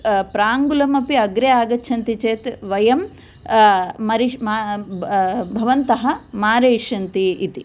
प्राङ्गुलम् अपि अग्रे आगच्छन्ति चेत् वयं मारि भवन्तः मारयिष्यन्ति इति